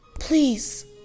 Please